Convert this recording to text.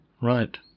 Right